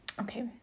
Okay